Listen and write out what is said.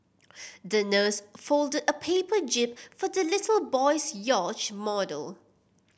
the nurse folded a paper jib for the little boy's yacht model